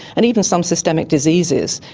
and even some systemic diseases,